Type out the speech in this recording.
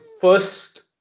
first